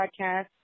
Podcast